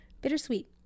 bittersweet